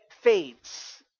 fades